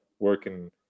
working